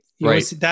Right